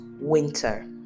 winter